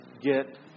get